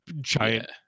giant